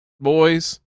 Boys